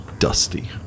dusty